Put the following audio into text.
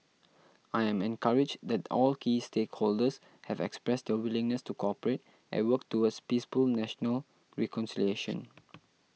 I am encouraged that all key stakeholders have expressed their willingness to cooperate and work towards peaceful national reconciliation